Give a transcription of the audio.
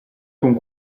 con